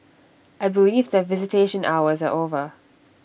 I believe that visitation hours are over